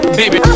baby